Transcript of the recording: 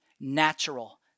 natural